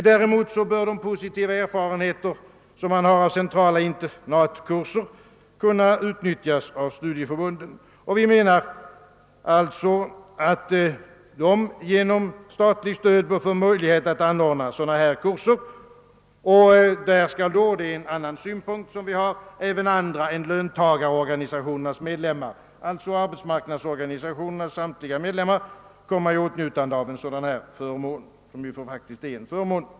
Däremot bör de positiva erfarenheter som man har av centrala internatkurser kunna utnyttjas av studieförbunden. Genom statligt stöd bör dessa få möjligheter att anordna sådana här kurser, och där skall även andra än löntagarorganisationernas medlemmar, d.v.s. arbetsmarknadsorganisationernas samtliga medlemmar, komma i åtnjutande av en sådan förmån.